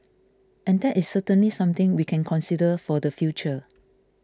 and that is certainly something we can consider for the future